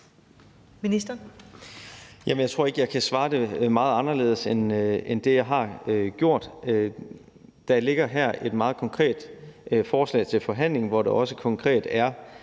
Kollerup): Jeg tror ikke, jeg kan svare meget anderledes på det end det, jeg allerede har gjort. Der ligger her et meget konkret forslag til forhandling, hvor der også konkret er